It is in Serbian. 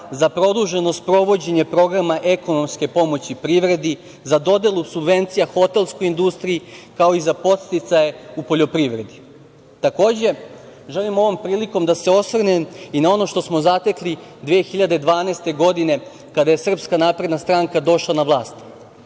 za produženo sprovođenje programa ekonomske pomoći privredi, za dodelu subvencija hotelskoj industriji, kao i za podsticaje u poljoprivredi. Takođe, želim ovom prilikom da se osvrnem i na ono što smo zatekli 2012. godine kada je SNS došla na vlast.